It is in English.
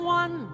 one